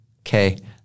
Okay